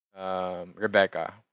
Rebecca